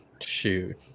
shoot